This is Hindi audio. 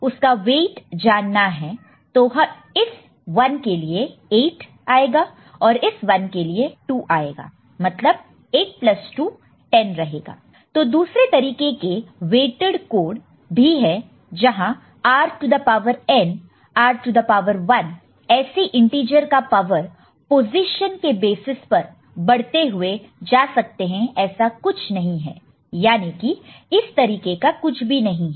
dn d1d0d 1d 2 d m dn x rn d1 x r1 d0 x r0 d 1 x r 1 d 2 x r 2 d m x r m तो दूसरे तरीके के वेट्ड कोड भी है जहां r to the power n r to the power 1 ऐसे इंटीजर का पावर पोजीशन के बेसिस पर बढ़ाते हुए जा सकते हैं ऐसा कुछ नहीं है याने कि इस तरीके का कुछ भी नहीं है